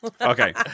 Okay